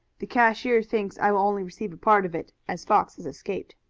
the cashier thinks i will only receive a part of it, as fox has escaped.